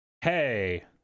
Hey